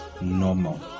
normal